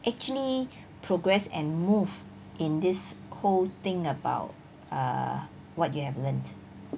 actually progress and move in this whole thing about uh what you have learnt